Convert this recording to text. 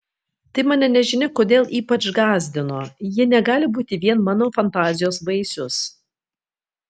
tai mane nežinia kodėl ypač gąsdino ji negali būti vien mano fantazijos vaisius